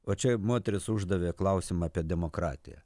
o čia moteris uždavė klausimą apie demokratiją